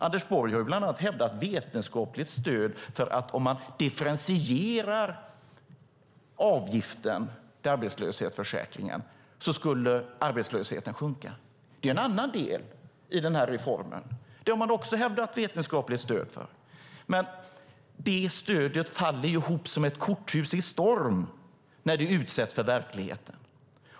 Anders Borg har bland annat hävdat vetenskapligt stöd för att om man differentierar avgiften till arbetslöshetsförsäkringen skulle arbetslösheten sjunka. Det är en annan del i denna reform som man också har hävdat vetenskapligt stöd för. Men detta stöd faller ihop som ett korthus i storm när det utsätts för verkligheten.